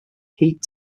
heat